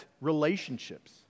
relationships